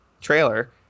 trailer